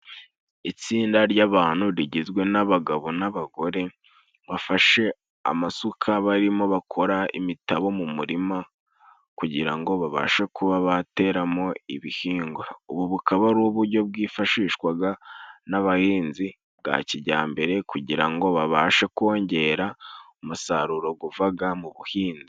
Itsinda ry'abantu rigizwe n'abagabo n'abagore bafashe amasuka barimo bakora imitabo mu murima, kugira ngo babashe kuba bateramo ibihingwa. Ubu bukaba ari ubujyo bwifashishwaga n'abahinzi bwa kijyambere kugira ngo babashe kongera umusaruro guvaga mu buhinzi.